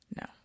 No